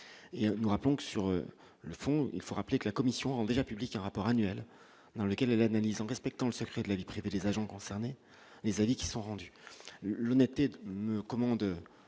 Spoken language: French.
et nous rappelons que sur le fond, il faut rappeler que la commission rend déjà publique un rapport annuel, dans lequel elle analyse en respectant le secret de la vie privée des agents concernés les avis qui sont rendus le Net et me commande